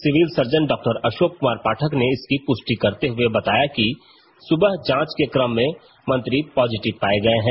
civil surgeon डॉ अशोक कुमार पाठक ने इसकी पुष्टि करते हुए बताया कि सुबह जांच के क्रम में मंत्री पॉजिटिव पाए गए हैं